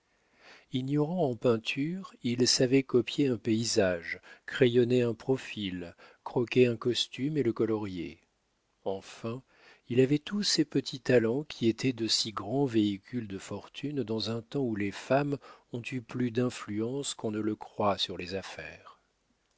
ignorant en peinture il savait copier un paysage crayonner un profil croquer un costume et le colorier enfin il avait tous ces petits talents qui étaient de si grands véhicules de fortune dans un temps où les femmes ont eu plus d'influence qu'on ne le croit sur les affaires